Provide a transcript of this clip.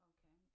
Okay